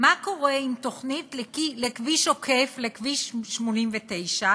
מה קורה עם התוכנית לכביש עוקף לכביש 89?